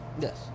Yes